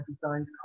designs